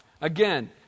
Again